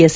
S